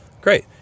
Great